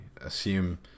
assume